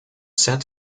said